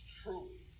truly